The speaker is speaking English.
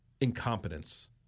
incompetence